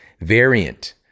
variant